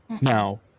Now